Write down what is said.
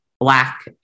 black